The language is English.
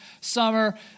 summer